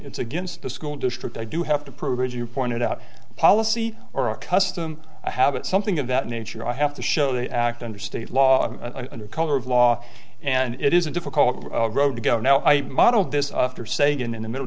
it's against the school district i do have to prove as you pointed out a policy or a custom habit something of that nature i have to show they act under state law under color of law and it is a difficult road to go now i modeled this after sagan in the middle